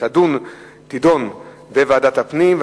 תידון בוועדת הפנים.